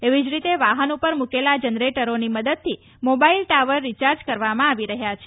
એવી જ રીતે વાફન ઉપર મૂકેલા જનરેટરોની મદદથી મોબાઇલ ટાવર્સ રિચાર્જ કરવામાં આવી રહ્યા છે